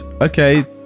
okay